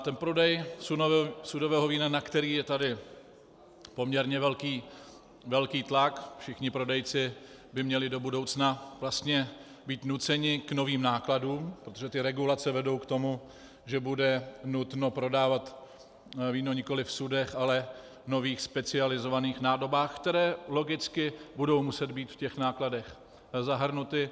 Ten prodej sudového vína, na který je tady poměrně velký tlak, všichni prodejci by měli do budoucna vlastně být nuceni k novým nákladům, protože ty regulace vedou k tomu, že bude nutno prodávat víno nikoliv v sudech, ale v nových specializovaných nádobách, které logicky budou muset být v těch nákladech zahrnuty.